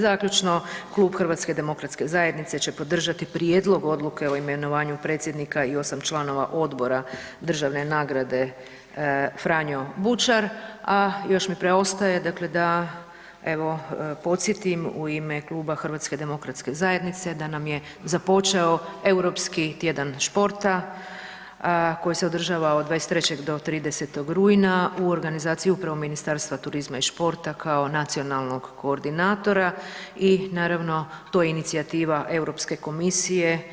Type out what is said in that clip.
Zaključno, klub HDZ-a će podržati Prijedlog odluke o imenovanju predsjednika i 8 članova Odbora državne nagrade „Franjo Bučar“ a još mi preostaje dakle da evo podsjetim u ime kluba HDZ-a da nam je započeo Europski tjedan športa koji se održava o 23. do 30. rujna u organizaciji upravo Ministarstva turizma i športa kao nacionalnog koordinatora i naravno, tu je inicijativa Europske komisije